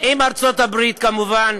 עם ארצות הברית כמובן,